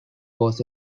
was